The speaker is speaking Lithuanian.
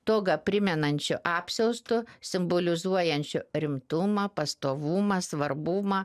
togą primenančiu apsiaustu simbolizuojančiu rimtumą pastovumą svarbumą